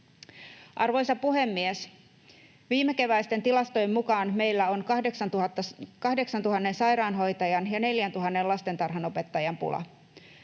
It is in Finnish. Arvoisa puhemies! Viimekeväisten tilastojen mukaan meillä on 8 000 sairaanhoitajan ja 4 000 lastentarhanopettajan pula.